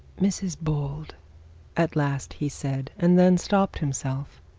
mrs bold at last he said, and then stopped himself.